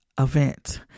event